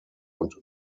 und